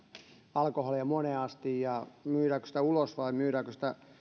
alkoholia moneen asti ja myydäänkö sitä ulos vai myydäänkö sitä